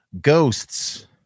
ghosts